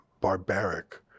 Barbaric